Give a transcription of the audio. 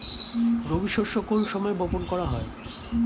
রবি শস্য কোন সময় বপন করা হয়?